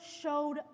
showed